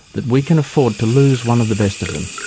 that we can afford to lose one of the best of them.